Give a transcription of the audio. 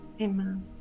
Amen